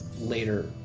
later